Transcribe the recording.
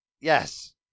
Yes